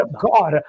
God